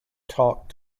talk